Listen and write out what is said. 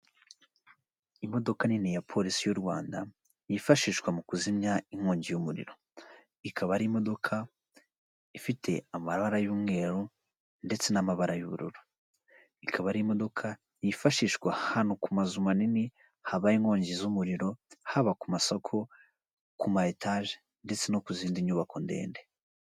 Mu nzu y'ubwiteganyirize mu kwivuza ya ara esi esibi hicayemo abantu benshi batandukanye, higanjemo abakozi b'iki kigo ndetse n'abaturage baje kwaka serivise.